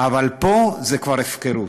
אבל פה זאת כבר הפקרות.